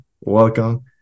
welcome